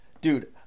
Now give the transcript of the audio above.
dude